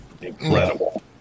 Incredible